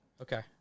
Okay